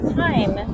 time